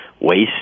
Waste